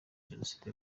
jenoside